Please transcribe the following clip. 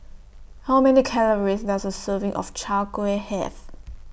How Many Calories Does A Serving of Chwee Kueh Have